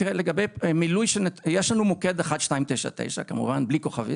תראה, יש לנו מוקד 1299, כמובן, בלי כוכבית.